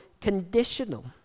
conditional